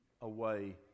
away